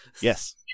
Yes